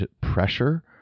pressure